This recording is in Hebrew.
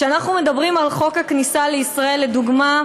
כשאנחנו מדברים על חוק הכניסה לישראל, לדוגמה,